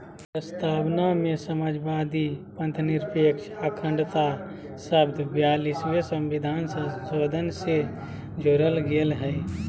प्रस्तावना में समाजवादी, पथंनिरपेक्ष, अखण्डता शब्द ब्यालिसवें सविधान संशोधन से जोरल गेल हइ